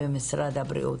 ממשרד הבריאות.